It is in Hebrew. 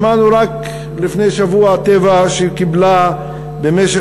שמענו רק לפני שבוע ש"טבע" קיבלה במשך